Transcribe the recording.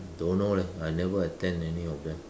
don't know leh I never attend any of them